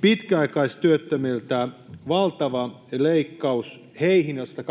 pitkäaikaistyöttömiltä valtava leikkaus, heiltä, joilla sitä